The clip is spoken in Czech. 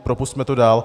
Propusťme to dál.